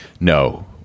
no